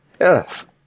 Yes